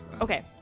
Okay